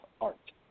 art